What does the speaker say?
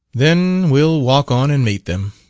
then we'll walk on and meet them,